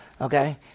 Okay